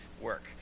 work